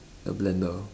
the blender